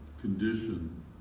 condition